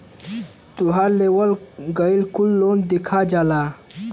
तोहार लेवल गएल कुल लोन देखा जाला